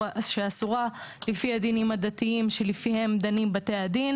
אסורה לפי הדינים הדתיים שלפיהם דנים בתי הדין